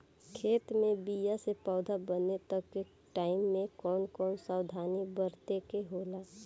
खेत मे बीया से पौधा बने तक के टाइम मे कौन कौन सावधानी बरते के होला?